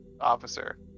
officer